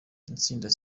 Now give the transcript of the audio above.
itsinda